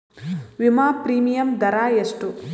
ವಿಮಾ ಪ್ರೀಮಿಯಮ್ ದರಾ ಎಷ್ಟು?